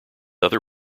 other